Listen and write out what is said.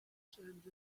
times